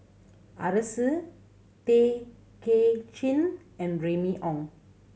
Arasu Tay Kay Chin and Remy Ong